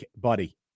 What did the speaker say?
buddy